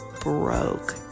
broke